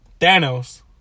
Thanos